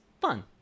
fun